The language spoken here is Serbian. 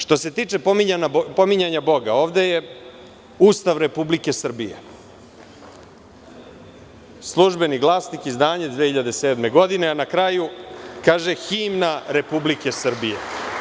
Što se tiče pominjanja Boga, ovde je Ustav Republike Srbije, "Službeni glasnik", izdanje 2007. godine, a nakraju kaže – himna Republike Srbije.